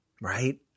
right